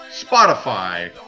Spotify